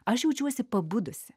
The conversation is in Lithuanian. aš jaučiuosi pabudusi